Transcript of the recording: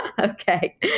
Okay